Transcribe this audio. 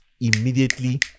immediately